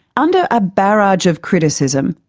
under a barrage of criticism,